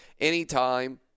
Anytime